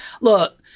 Look